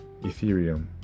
Ethereum